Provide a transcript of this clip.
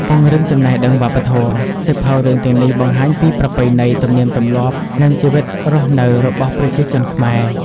ពង្រឹងចំណេះដឹងវប្បធម៌សៀវភៅរឿងទាំងនេះបង្ហាញពីប្រពៃណី ទំនៀមទម្លាប់ និងជីវិតរស់នៅរបស់ប្រជាជនខ្មែរ។